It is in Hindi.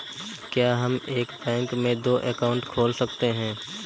क्या हम एक बैंक में दो अकाउंट खोल सकते हैं?